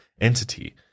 entity